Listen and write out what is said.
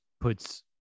puts